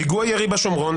פיגוע ירי בשומרון,